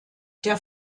der